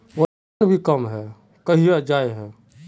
वजन भी कम है गहिये जाय है?